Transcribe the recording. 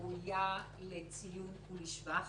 ראויה לציון ולשבח.